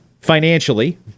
financially